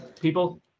people